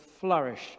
flourish